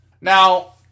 Now